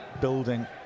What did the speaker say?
building